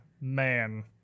man